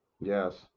yes